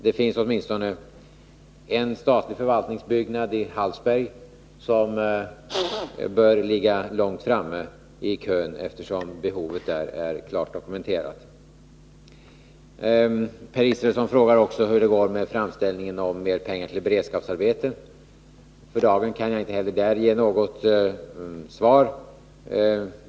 Det finns åtminstone en statlig förvaltningsbyggnad i Hallsberg som bör ligga långt framme i kön, eftersom behovet där är klart dokumenterat. Per Israelsson frågade också hur det går med framställningen om mer pengar till beredskapsarbeten. För dagen kan jag inte heller där ge något svar.